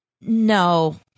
No